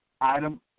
Item